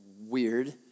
weird